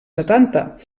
setanta